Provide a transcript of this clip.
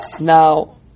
Now